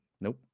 Nope